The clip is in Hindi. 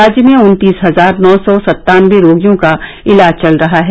राज्य में उन्तीस हजार नौ सौ सत्तानबे रोगियों का इलाज चल रहा है